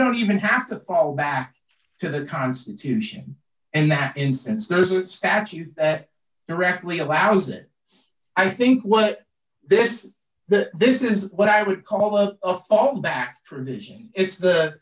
don't even have to fall back to the constitution in that instance there's a statute that directly allows it i think what this is that this is what i would call a fall back tradition it's the